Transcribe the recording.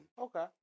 Okay